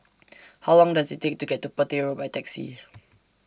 How Long Does IT Take to get to Petir Road By Taxi